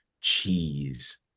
cheese